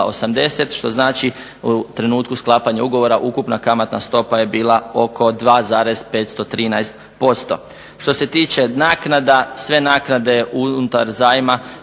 što znači u trenutku sklapanja ugovora ukupna kamatna stopa je bila oko 2,513%. Što se tiče naknada, sve naknade unutar zajma